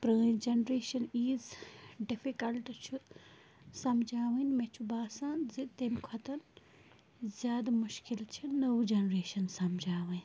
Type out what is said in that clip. پرٛٲنۍ جٮ۪نریشَن ییٖژ ڈِفِکَلٹ چھُ سَمجاوٕنۍ مےٚ چھُ باسان زِ تَمہِ کھۄتَن زیادٕ مُشکِل چھِ نٔو جٮ۪نریشَن سَمجاوٕنۍ